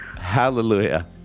Hallelujah